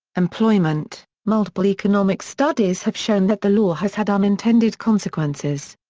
employment multiple economic studies have shown that the law has had unintended consequences.